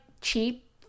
cheap